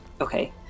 okay